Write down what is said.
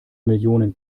millionen